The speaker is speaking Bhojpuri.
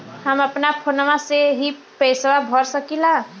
हम अपना फोनवा से ही पेसवा भर सकी ला?